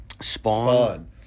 Spawn